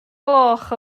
gloch